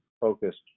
focused